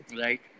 Right